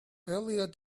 earlier